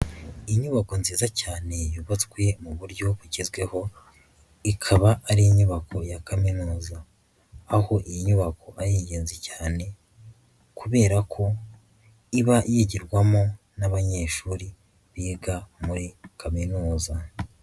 Inyubako nziza cyane yubatswe mu buryo bugezweho, ikaba ari inyubako ya kaminuza, aho iyi nyubako ari ingenzi cyane kubera ko iba yigirwamo n'abanyeshuri biga muri kaminuza.